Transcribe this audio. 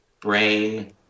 Brain